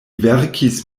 verkis